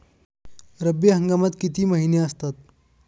रब्बी हंगामात किती महिने असतात?